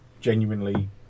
genuinely